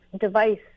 device